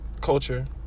culture